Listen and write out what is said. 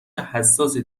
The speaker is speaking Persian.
حساسی